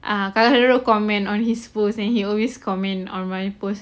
ah kakak pun comment on his post and he always comment on my post